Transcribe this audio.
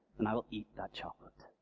and i will eat that chocolate.